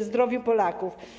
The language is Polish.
zdrowiu Polaków.